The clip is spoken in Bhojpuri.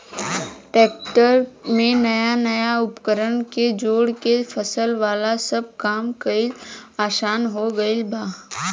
ट्रेक्टर में नया नया उपकरण के जोड़ के फसल वाला सब काम कईल आसान हो गईल बा